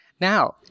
Now